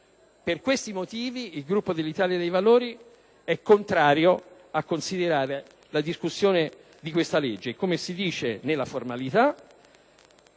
Per questi motivi il Gruppo dell'Italia dei Valori è contrario alla discussione di questa legge e, come si dice in termini formali,